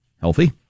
healthy